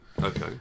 Okay